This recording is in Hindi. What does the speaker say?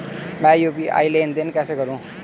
मैं यू.पी.आई लेनदेन कैसे करूँ?